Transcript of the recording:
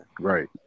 Right